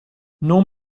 non